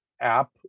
app